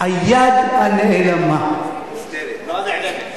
היד הנעלמה, לא הנעלמת.